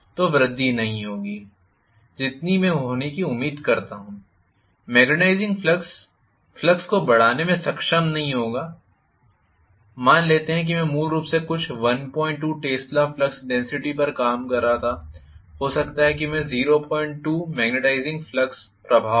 तो वृद्धि उतनी नहीं होगी जितनी मैं होने की उम्मीद करता हूं मैग्नेटाइजिंग फ्लक्स फ्लक्स को बढ़ाने में सक्षम नहीं होगा मान लेते हैं कि मैं मूल रूप से कुछ 12 टेस्ला फ्लक्स डेन्सिटी पर काम कर रहा था हो सकता है कि 02 मैग्नेटाइजिंग प्रभाव हो